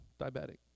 diabetic